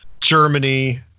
Germany